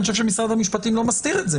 אני חושב שמשרד המשפטים לא מסתיר את זה.